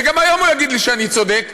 וגם היום הוא יגיד לי שאני צודק.